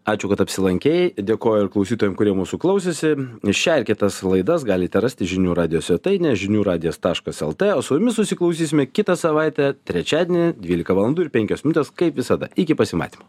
ačiū kad apsilankei dėkoju ir klausytojam kurie mūsų klausėsi šią ir kitas laidas galite rasti žinių radijo svetainė žinių radijas taškas lt o su jumis susiklausysime kitą savaitę trečiadienį dvylika valandų ir penkios minutės kaip visada iki pasimatymo